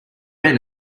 men